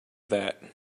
that